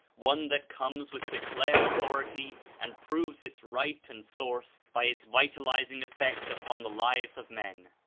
one that comes with declared authority and proves its right and source by its vitalizing effect upon the lives of men.